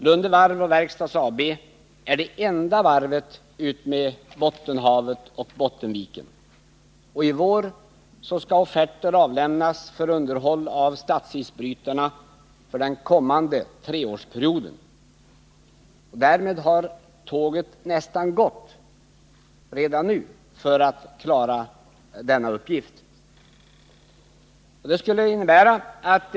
Lunde Varv o Verkstads AB är det enda varvet vid kusten utmed Bottenhavet och Bottenviken. I vår skall offerter avlämnas om underhåll av statsisbrytarna för den kommande treårsperioden. För möjligheterna att klara den uppgiften har redan nu tåget nästan gått.